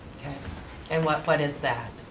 and what but is that,